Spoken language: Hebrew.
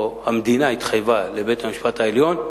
המדינה התחייבה לבית-המשפט העליון,